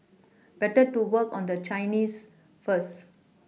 better to work on the Chinese first